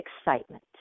excitement